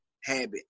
habit